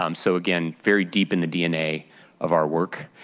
um so again, buried deep in the dna of our work.